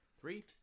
Three